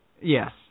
Yes